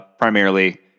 primarily